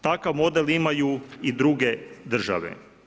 Takav model imaju i druge države.